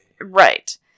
Right